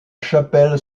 chapelle